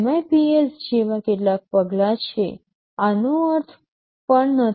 MIPS જેવા કેટલાક પગલાં છે આનો અર્થ પણ કંઈ નથી